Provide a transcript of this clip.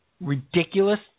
ridiculous